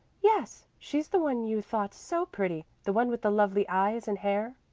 yes, she's the one you thought so pretty the one with the lovely eyes and hair.